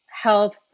health